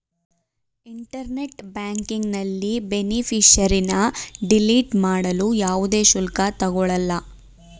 internet ಬ್ಯಾಂಕಿಂಗ್ನಲ್ಲಿ ಬೇನಿಫಿಷರಿನ್ನ delete ಮಾಡಲು ಯಾವುದೇ ಶುಲ್ಕ ತಗೊಳಲ್ಲ